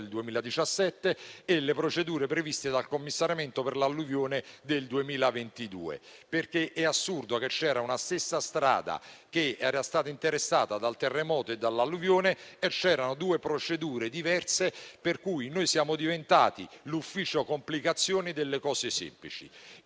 del 2017 e quelle previste dal commissariamento per l'alluvione del 2022. È assurdo che, per una stessa strada interessata dal terremoto e dall'alluvione, fossero previste due procedure diverse, per cui siamo diventati l'ufficio complicazioni delle cose semplici;